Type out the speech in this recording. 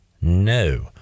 no